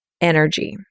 energy